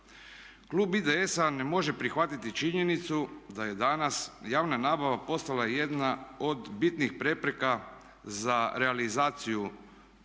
Klub IDS-a ne može prihvatiti činjenicu da je danas javna nabava postala jedna od bitnih prepreka za realizaciju